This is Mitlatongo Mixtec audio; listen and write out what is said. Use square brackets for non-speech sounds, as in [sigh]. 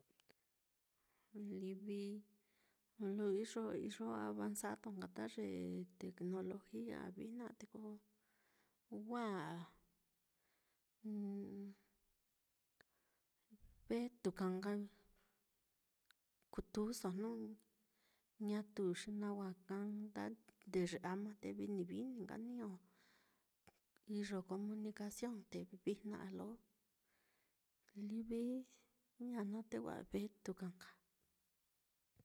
Livi lo iyo iyo avanzado nka ta ye tecnologia á vijna á te ko wa [hesitation] vetuka nka kutuso jnu ñatu, xi nawa nde ye ama te viíni viíni nka niño iyo comunicacion, te vijna á lo livi ijña naá te wa vetuka nka.